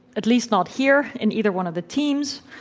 at least not here in either one of the teams,